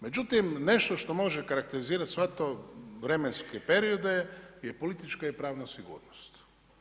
Međutim nešto što može karakterizirati sve te vremenske periode je politička i pravna sigurnost.